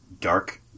dark